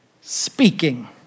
speaking